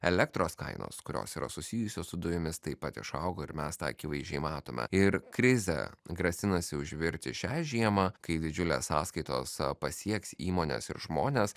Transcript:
elektros kainos kurios yra susijusios su dujomis taip pat išaugo ir mes tą akivaizdžiai matome ir krizė grasinasi užvirti šią žiemą kai didžiulės sąskaitos pasieks įmones ir žmones